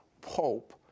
pope